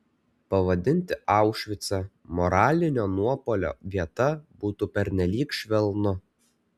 pavadinti aušvicą moralinio nuopuolio vieta būtų pernelyg švelnu